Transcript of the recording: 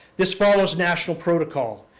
this follows national protocol.